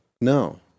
No